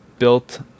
built